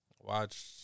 Watch